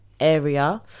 area